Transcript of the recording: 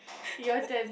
your turn